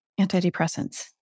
antidepressants